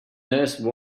nurse